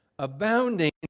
Abounding